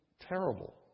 terrible